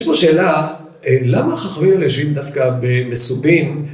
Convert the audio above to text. יש פה שאלה, למה החכמים האלה יושבים דווקא במסובין?